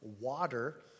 water